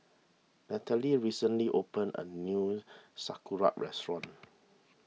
Nathaly recently opened a new Sauerkraut restaurant